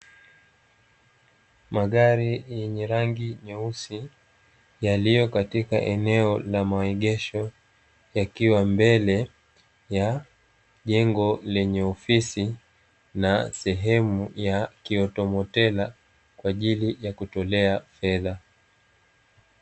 Magari yenye rangi nyeusi yaliyo katika eneo la maegesho yakiwa mbele ya jengo lenye ofisi na sehemu ya kiyotomotena kwa ajili ya kutolea fedha.